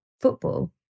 football